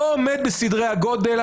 לא עומד בסדרי הגודל.